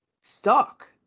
stuck